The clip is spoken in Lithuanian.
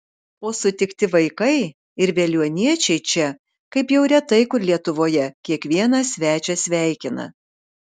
o sutikti vaikai ir veliuoniečiai čia kaip jau retai kur lietuvoje kiekvieną svečią sveikina